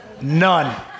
None